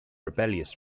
rebellious